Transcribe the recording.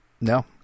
No